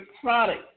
product